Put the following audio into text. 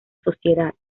sociedad